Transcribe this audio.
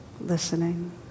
listening